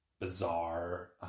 bizarre